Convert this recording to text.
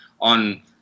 on